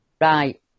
right